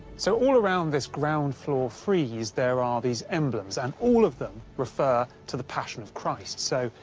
so all around this ground floor frieze, there are these emblems and all of them refer to the passion of christ. so,